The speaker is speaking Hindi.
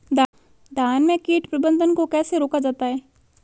धान में कीट प्रबंधन को कैसे रोका जाता है?